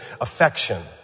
affection